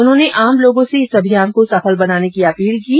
उन्होंने आम लोगों से इस अभियान को सफल बनाने की अपील की है